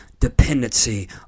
dependency